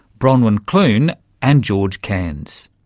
bronwen clune and george cairns.